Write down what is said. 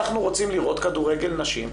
אנחנו רוצים לראות כדורגל נשים,